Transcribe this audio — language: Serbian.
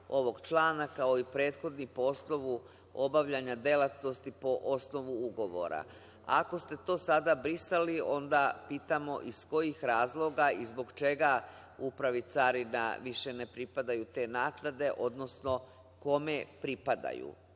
ovog člana, kao i prethodni po osnovu obavljanja delatnosti po osnovu ugovora. Ako ste to sada brisali, onda pitamo - iz kojih razloga i zbog čega Upravi Carina više ne pripadaju te naknade, odnosno kome pripadaju?